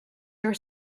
your